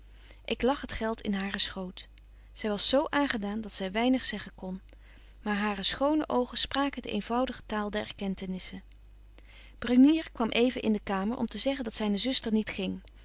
ik lag het geld in haren schoot zy was zo aangedaan dat zy weinig zeggen kon maar hare schone oogen spraken de eenvoudige taal der erkentenisse brunier kwam even in de kamer om te zeggen dat zyne zuster niet ging